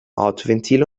autoventil